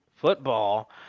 football